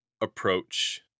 approach